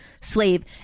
slave